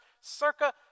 circa